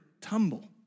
tumble